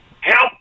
help